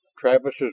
Travis's